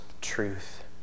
truth